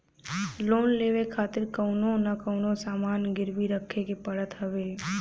loan लेवे खातिर कवनो न कवनो सामान गिरवी रखे के पड़त हवे